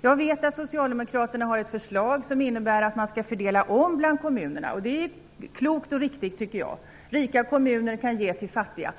Jag vet att socialdemokraterna har ett förslag som innebär att man skall fördela om bland kommunerna, och det är klokt och riktigt, tycker jag. Rika kommuner kan ge till fattiga.